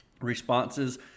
responses